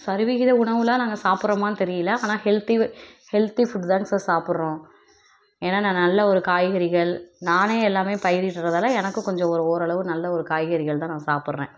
சரிவிகித உணவுலாம் நாங்கள் சாப்பிட்றோமானு தெரியலை ஆனால் ஹெல்த்தி ஹெல்த்தி ஃபுட்டுங்க தான் சார் சாப்பிட்றோம் ஏன்னா நான் நல்ல ஒரு காய்கறிகள் நானே எல்லாமே பயிரிடுறதால எனக்கு கொஞ்சம் ஒரு ஓரளவு நல்ல ஒரு காய்கறிகள் தான் நான் சாப்பிட்றேன்